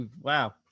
Wow